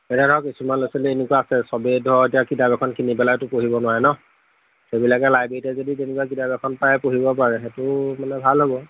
এতিয়া ধৰক কিছুমান ল'ৰা ছোৱালী এনেকুৱা আছে চবেই ধৰক এতিয়া কিতাপ এখন কিনি পেলাইতো পঢ়িব নোৱাৰে ন সেইবিলাকে লাইব্ৰেৰী যদি তেনেকুৱা কিতাপ এখন পাই পঢ়িব পাৰে সেইটো মানে ভাল হ'ব